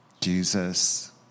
Jesus